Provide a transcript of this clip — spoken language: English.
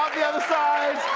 the other side